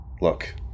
Look